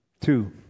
Two